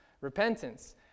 Repentance